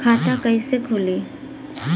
खाता कईसे खुली?